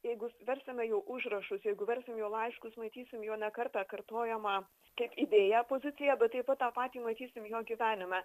jeigu versime jo užrašus jeigu versim jo laiškus matysim jo ne kartą kartojamą tiek idėją poziciją bet taip pat tą patį matysime jo gyvenime